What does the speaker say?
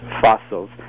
fossils